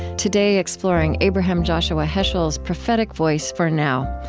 today, exploring abraham joshua heschel's prophetic voice for now.